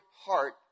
heart